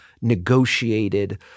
negotiated